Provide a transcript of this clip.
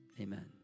amen